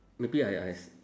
maybe I I